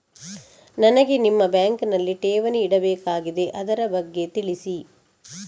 ನನಗೆ ನಿಮ್ಮ ಬ್ಯಾಂಕಿನಲ್ಲಿ ಠೇವಣಿ ಇಡಬೇಕಾಗಿದೆ, ಅದರ ಬಗ್ಗೆ ತಿಳಿಸಿ